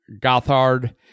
Gothard